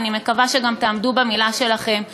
ואני מקווה שגם תעמדו במילה שלכם,